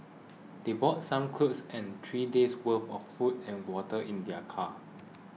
they brought some clothes and three days' worth of food and water in their car